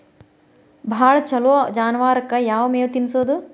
ಭಾಳ ಛಲೋ ಜಾನುವಾರಕ್ ಯಾವ್ ಮೇವ್ ತಿನ್ನಸೋದು?